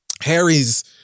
harry's